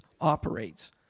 operates